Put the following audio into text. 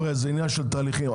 זה עניין של תהליכים.